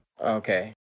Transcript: Okay